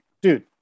dude